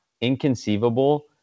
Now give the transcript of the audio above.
inconceivable